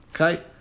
Okay